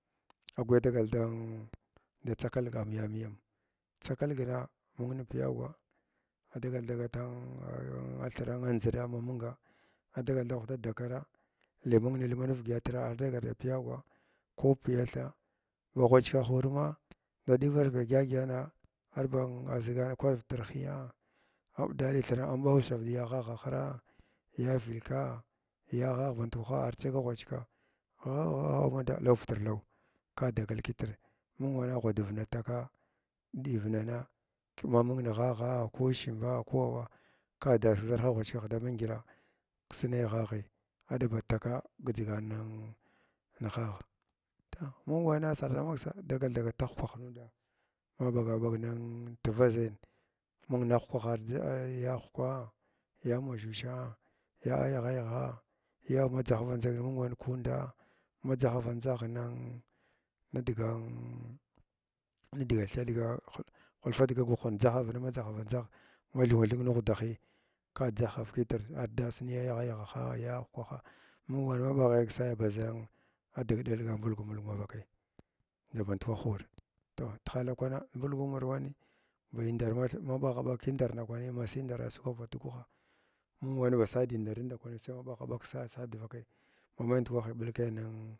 Aswiya dagal din da tsa kalga amyamiyam tsakalgna mung piyagwa adagal dagatan ahn athira ndʒiɗa ma munga adagal da ghuda dakarh li mung nalman ivədyatra ar dagal da piyagwa ko piya thas wa ghwachkah wur ma ndʒa ɗuvars badya dyana ar ban aʒigana kwar viti hiiya a arda lithirna amɓa ushav diya ghaghahra ya valka ya ghagh band kwah ar dʒaha ghwachika gha gha anuda laguvutr lagw ka dagal kitr mung wana ghrad vini taka ɗivinang k ma mung na ghagha ku shinga ku awa ka das ʒarha ghwach ikah dama ndyəla ksnai ghaghi aɗba taka gidʒan nan nghagh toh mung wana sarf mksa dagal da gata ahwkwah nuuda maba ɓaga ɓag nin tvaʒaya mung nahwkah adʒ yahwakaha, ya mashusha, ya ayagha yagha ya madʒahavan dʒahga wan kundaa na dʒahavant ʒahg nin guhun dʒahavin ma dʒaha vang dʒahg ma thuwa thing nughda hiiya ka dʒahar kitr ardas ni ya ayaghayaghala, ya ahwkwaha mung wana ma baghai ksa’a baʒ dgɗalga ɓulgu bulg mun vakai ndʒa bandkwah wur toh tihala kwana vulum murwani bandara wan math ma ɓagha ɓag kindar ndakwani masindara sugwav bad tuguha mung wan ba sa sindarin ndakwani saima ɓaghaɓag ksa’a sa dvakai mamai ndukwahi ɓulkai sin nin.